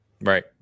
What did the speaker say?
Right